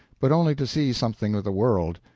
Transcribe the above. but only to see something of the world.